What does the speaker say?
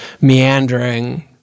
meandering